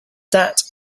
that